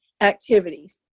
activities